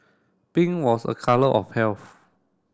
pink was a colour of health